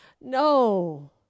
No